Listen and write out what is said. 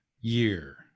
year